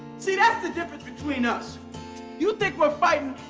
see that is the difference between us you think we are fighting,